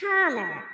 Connor